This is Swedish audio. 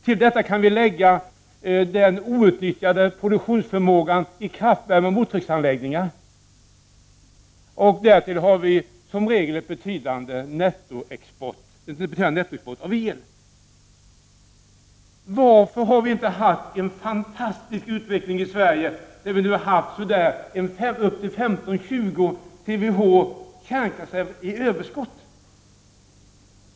Till detta kan vi lägga den outnyttjade produktionsförmågan i kraftvärmeoch mottrycksanläggningar. Därtill har vi som regel en betydande nettoexport av el. Varför har vi i Sverige inte haft en fantastisk utveckling på detta område när vi nu har haft upp till 15-20 TWh kärnkraftsel i överskott?